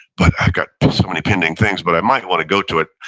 but i've got so many pending things, but i might want to go to it.